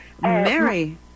Mary